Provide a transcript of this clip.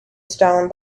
stone